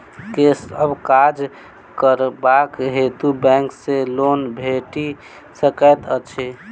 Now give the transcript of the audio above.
केँ सब काज करबाक हेतु बैंक सँ लोन भेटि सकैत अछि?